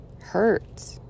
hurts